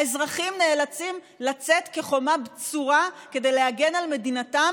האזרחים נאלצים לצאת כחומה בצורה כדי להגן על מדינתם